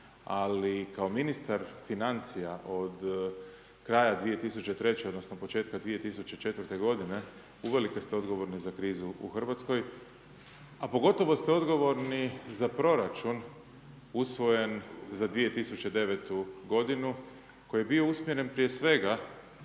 Ali kao ministar financija od kraja 2003. odnosno početka 2004. g., uvelike ste odgovorni za krizu u Hrvatskoj a pogotovo ste odgovorni za proračun usvojen za 2009. g. koji je bio usmjeren prije svega